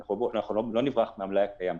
אנחנו לא נברח מהמלאי הקיים.